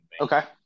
Okay